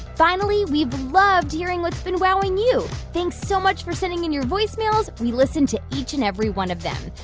finally, we've loved hearing what's been wowing you. thanks so much for sending in your voicemails. we listen to each and every one of them.